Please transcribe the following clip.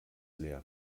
leer